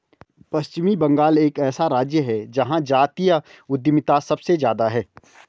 पश्चिम बंगाल एक ऐसा राज्य है जहां जातीय उद्यमिता सबसे ज्यादा हैं